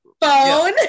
phone